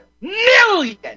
million